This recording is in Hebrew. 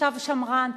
נחשב שמרן,